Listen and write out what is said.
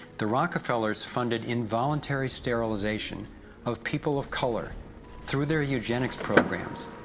the rockefellers funded involuntary sterilization of people of color through their eugenics programs,